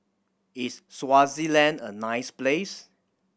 is Swaziland a nice place